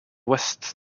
west